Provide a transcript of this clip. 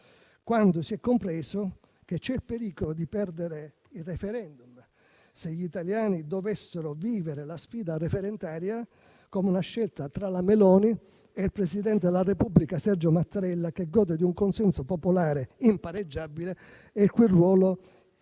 quando si è compreso che c'è il pericolo di perdere il *referendum* se gli italiani dovessero vivere la sfida referendaria come una scelta tra la Meloni e il presidente della Repubblica Sergio Mattarella, che gode di un consenso popolare impareggiabile e il cui ruolo in